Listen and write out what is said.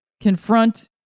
confront